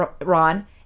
Ron